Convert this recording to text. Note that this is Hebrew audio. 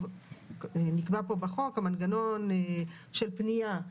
נקבע פה בחוק המנגנון של פנייה.